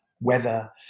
weather